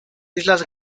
islas